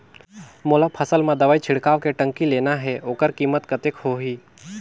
मोला फसल मां दवाई छिड़काव के टंकी लेना हे ओकर कीमत कतेक होही?